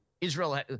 Israel